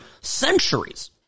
centuries